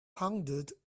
pondered